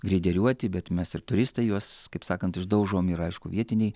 greideriuoti bet mes ir turistai juos kaip sakant išdaužom ir aišku vietiniai